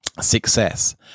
success